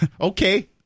Okay